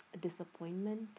disappointment